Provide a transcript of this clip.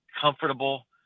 comfortable